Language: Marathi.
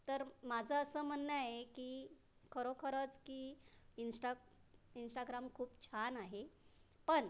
तर माझं असं म्हणणं आहे की खरोखरच की इंस्टा इंस्टाग्राम खूप छान आहे पण